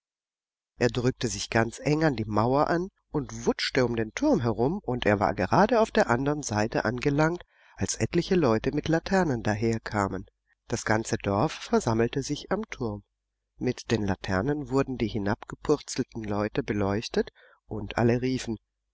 er drückte sich ganz eng an die mauer an und wutschte um den turm herum und er war gerade auf der andern seite angelangt als etliche leute mit laternen daherkamen das ganze dorf versammelte sich am turm mit den laternen wurden die hingepurzelten leute beleuchtet und alle riefen